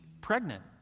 pregnant